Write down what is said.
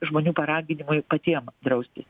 žmonių paraginimui ir patiem draustis